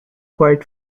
quite